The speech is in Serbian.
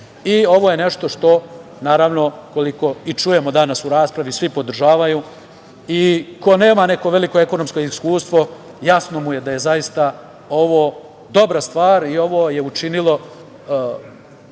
je nešto što, naravno, koliko i čujemo danas u raspravi, svi podržavaju. I ko nema neko veliko ekonomsko iskustvo, jasno mu je da je zaista ovo dobra stvar. Sve ozbiljne